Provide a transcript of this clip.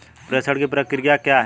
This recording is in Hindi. प्रेषण की प्रक्रिया क्या है?